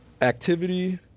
Activity